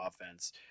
offense